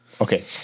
Okay